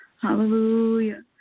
hallelujah